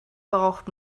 braucht